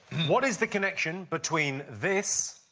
what is the connection between this.